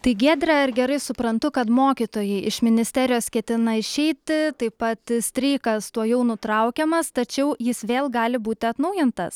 tai giedre ar gerai suprantu kad mokytojai iš ministerijos ketina išeiti taip pat streikas tuojau nutraukiamas tačiau jis vėl gali būti atnaujintas